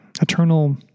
eternal